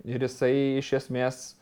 ir jisai iš esmės